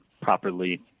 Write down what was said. properly